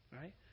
Right